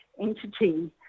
entity